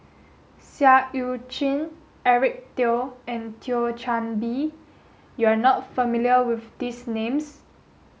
Seah Eu Chin Eric Teo and Thio Chan Bee you are not familiar with these names